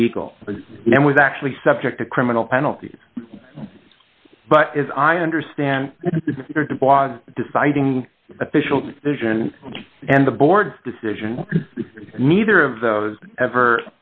illegal and was actually subject to criminal penalties but as i understand the blog deciding official decision and the board's decision neither of those ever